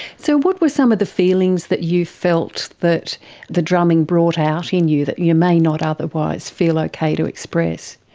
so what were some of the feelings that you felt that the drumming brought out in you that you may not otherwise feel okay to express?